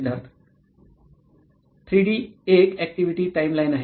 सिद्धार्थ ती D 1 activity timeline आहे